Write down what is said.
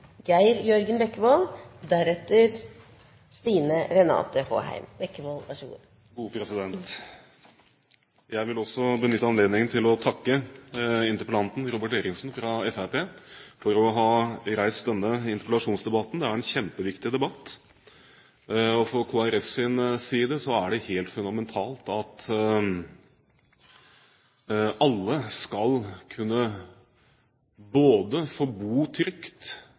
Jeg vil også benytte anledningen til å takke interpellanten, Robert Eriksson fra Fremskrittspartiet, for å ha reist denne interpellasjonsdebatten. Det er en kjempeviktig debatt. Fra Kristelig Folkepartis side er det helt fundamentalt at alle skal kunne både få bo trygt